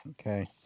Okay